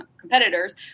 competitors